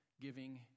giving